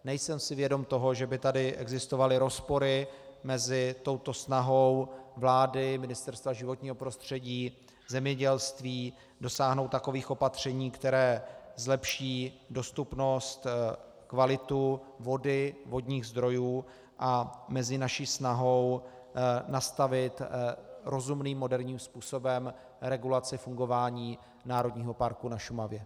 Nejsem si vědom toho, že by tady existovaly rozpory mezi snahou vlády, Ministerstva životního prostředí, zemědělství dosáhnout takových opatření, která zlepší dostupnost, kvalitu vody, vodních zdrojů, a naší snahou nastavit rozumným, moderním způsobem regulaci fungování národního parku na Šumavě.